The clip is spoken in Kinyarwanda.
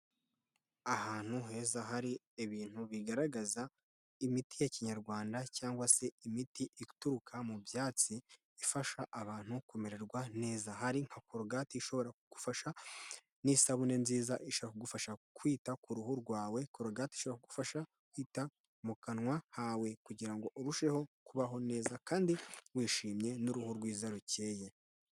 Ahantu heza hari ibintu bigaragaza imiti ya kinyarwanda cyangwag se imiti ituruka mu byatsi ifasha abantu kumererwa neza. Hari nka korogati ishobora kugufasha n'isabune nziza ishaka kugufasha kwita ku ruhu rwawe, korogati ishobora gufasha kwita mu kanwa kawe kugira ngo urusheho kubaho neza kandi wishimye n'uruhu rwiza rukeye.